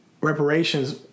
reparations